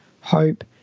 hope